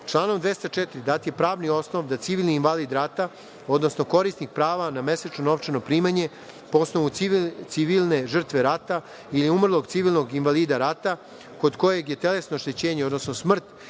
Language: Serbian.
godine. Članom 204. dat je pravni osnov da civilni invalid rata, odnosno korisnik prava na mesečno novčano primanja, po osnovu civilne žrtve rata ili umrlog civilnog invalida rata kod kojeg je telesno oštećenje, odnosno smrt